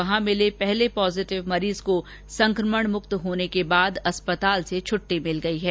वहां मिले पहले पॉजिटिव मरीज को संकमणमुक्त होने के बाद अस्पताल से छुट्टी मिल गई है